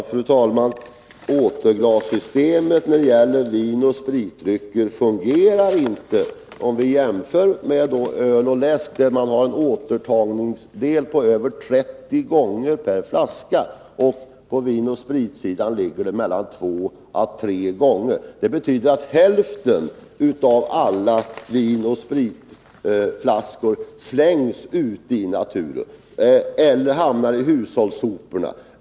Fru talman! Återglassystemet när det gäller vinoch spritdrycker fungerar inte, om vi jämför med öl och läsk, där återtagningsandelen innebär att varje flaska används mer än trettio gånger. På vinoch spritsidan används flaskorna mellan två och tre gånger. Det betyder att hälften av alla sålda vinoch spritflaskor slängs ute i naturen eller hamnar i hushållssoporna.